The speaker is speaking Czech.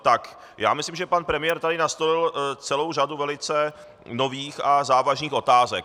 Tak já myslím, že pan premiér tady nastolil celou řadu velice nových a závažných otázek.